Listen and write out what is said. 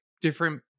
different